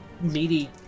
meaty